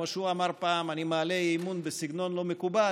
כמו שהוא אמר פעם: אני מעלה אי-אמון בסגנון לא מקובל,